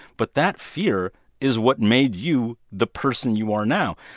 but that fear is what made you the person you are now.